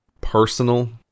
personal